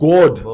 God